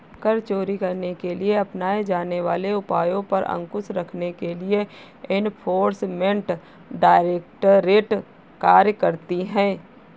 कर चोरी करने के लिए अपनाए जाने वाले उपायों पर अंकुश रखने के लिए एनफोर्समेंट डायरेक्टरेट कार्य करती है